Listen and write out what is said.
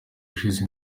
ushize